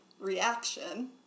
reaction